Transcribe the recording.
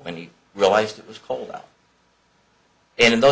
when he realized it was cold up in those